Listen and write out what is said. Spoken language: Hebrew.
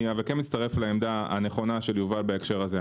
ואני מצטרף לעמדה הנכונה של יובל בהקשר הזה.